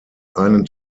einen